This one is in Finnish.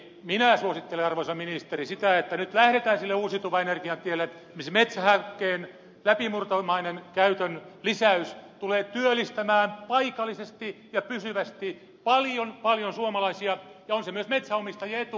eli minä suosittelen arvoisa ministeri sitä että nyt lähdetään sille uusiutuvan energian tielle missä metsähakkeen käytön läpimurtomainen lisäys tulee työllistämään paikallisesti ja pysyvästi paljon paljon suomalaisia ja on se myös metsänomistajien etu